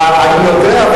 אני יודע,